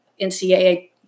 NCAA